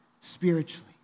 spiritually